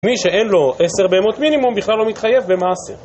מי שאין לו עשר בהמות מינימום בכלל לא מתחייב במעשה